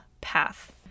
path